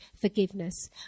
forgiveness